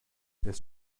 ist